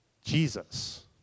Jesus